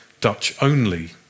Dutch-only